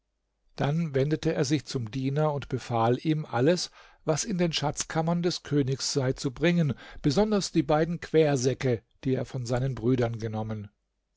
dann wendete er sich zum diener und befahl ihm alles was in den schatzkammern des königs sei zu bringen besonders die beiden quersäcke die er von seinen brüdern genommen